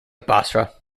basra